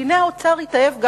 והנה האוצר שוב מתאהב.